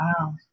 Wow